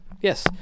Yes